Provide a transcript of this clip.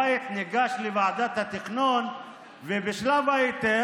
יש כאלה שהתבלבלו ושאלו על איזה מס מדובר.